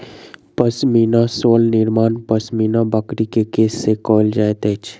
पश्मीना शाल निर्माण पश्मीना बकरी के केश से कयल जाइत अछि